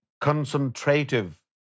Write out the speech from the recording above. concentrative